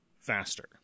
Faster